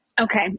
Okay